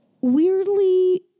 weirdly